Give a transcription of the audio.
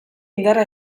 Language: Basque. indarra